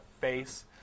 face